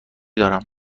دارم